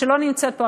שלא נמצאת פה,